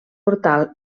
portal